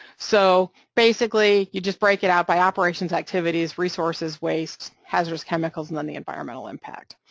so, basically, you just break it up by operations activities, resources, waste, hazardous chemicals, and then the environmental impact,